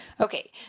Okay